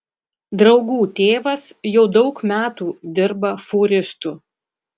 draugų tėvas jau daug metų dirba fūristu